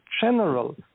general